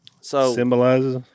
Symbolizes